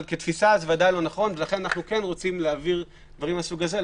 אבל כתפיסה זה בוודאי לא נכון ולכן אנחנו רוצים להעביר דברים מהסוג הזה.